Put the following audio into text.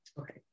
Okay